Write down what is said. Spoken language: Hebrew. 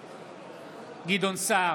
בעד גדעון סער,